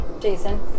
Jason